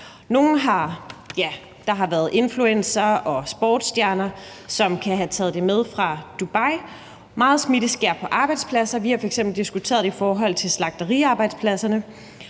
og der har været influencere og sportsstjerner, som kan have taget det med fra Dubai, og meget smitte sker på arbejdspladser. Vi har f.eks. diskuteret det i forhold til slagteriarbejdspladserne,